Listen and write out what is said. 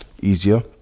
easier